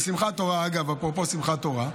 בשמחת תורה,